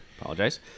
Apologize